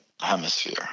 Hemisphere